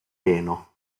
reno